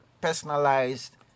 personalized